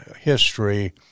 history